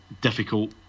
difficult